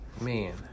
Man